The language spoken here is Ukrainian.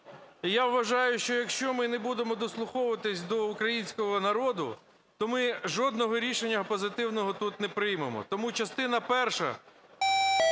Я вважаю, що якщо ми не будемо дослуховуватись до українського народу, то ми жодного рішення позитивного тут не приймемо. Тому частина перша